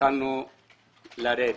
התחלנו לרדת.